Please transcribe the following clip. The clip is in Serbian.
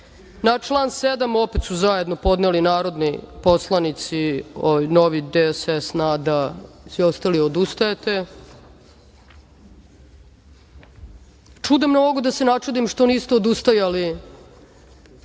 član 7. opet su zajedno podneli narodni poslanici Novi DSS, NADA i ostali. Odustajete. Čudom ne mogu da se načudim što niste odustajali